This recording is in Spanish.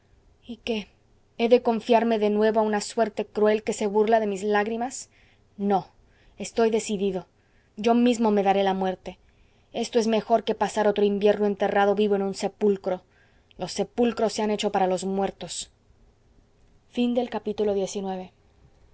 y qué he de confiarme de nuevo a una suerte cruel que se burla de mis lágrimas no estoy decidido yo mismo me daré la muerte esto es mejor que pasar otro invierno enterrado vivo en un sepulcro los sepulcros se han hecho para los muertos